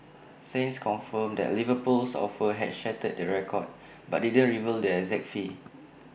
saints confirmed that Liverpool's offer had shattered the record but didn't reveal the exact fee